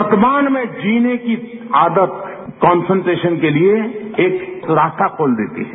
वर्तमान में जीने की आदत कन्संट्रेशन के लिए एक रास्ता खोल देती है